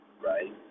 Right